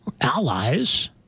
allies